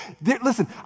Listen